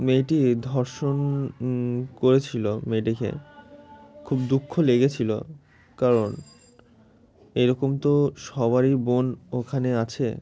মেয়েটি ধর্ষণ করেছিল মেয়েটিকে খুব দুঃখ লেগেছিলো কারণ এরকম তো সবারই বোন ওখানে আছে